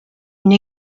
une